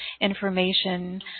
information